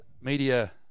media